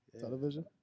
television